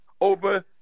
over